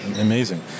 Amazing